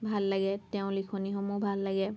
ভাল লাগে তেওঁৰ লিখনিসমূহ ভাল লাগে